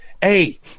Hey